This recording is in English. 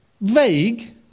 vague